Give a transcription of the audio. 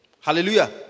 Hallelujah